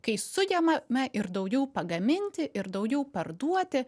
kai sugebame ir daugiau pagaminti ir daugiau parduoti